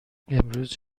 امروز